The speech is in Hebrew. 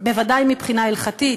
בוודאי מבחינה הלכתית,